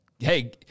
hey